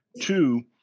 Two